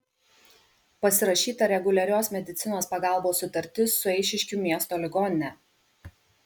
pasirašyta reguliarios medicinos pagalbos sutartis su eišiškių miesto ligonine